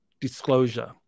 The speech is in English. disclosure